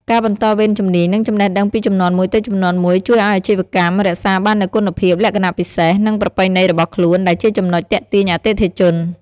ការបន្តវេនជំនាញ និងចំណេះដឹងពីជំនាន់មួយទៅជំនាន់មួយ ជួយឲ្យអាជីវកម្មរក្សាបាននូវគុណភាព លក្ខណៈពិសេស និងប្រពៃណីរបស់ខ្លួន ដែលជាចំណុចទាក់ទាញអតិថិជន។